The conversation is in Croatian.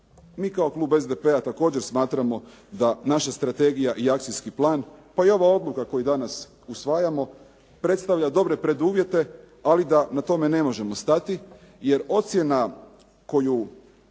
Mi kao klub SDP-a također smatramo da naša strategija i akcijski plan, pa i ova odluka koju danas usvajamo predstavlja dobre preduvjete, ali da na tome ne možemo stati. Jer ocjena koju